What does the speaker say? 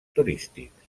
turístics